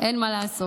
אין מה לעשות.